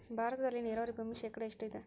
ಭಾರತದಲ್ಲಿ ನೇರಾವರಿ ಭೂಮಿ ಶೇಕಡ ಎಷ್ಟು ಇದೆ?